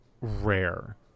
rare